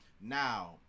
Now